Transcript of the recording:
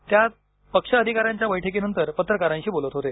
ते आज पक्ष अधिकाऱ्यांच्या बैठकीनंतर पत्रकारांशी बोलत होते